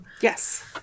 Yes